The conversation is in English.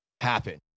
happen